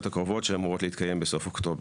הקרובות שאמורות להתקיים בסוף אוקטובר.